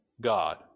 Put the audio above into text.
God